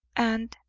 and,